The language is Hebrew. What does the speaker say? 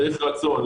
צריך רצון.